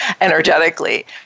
energetically